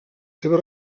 seves